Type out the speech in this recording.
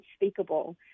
unspeakable